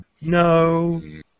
No